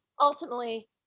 Ultimately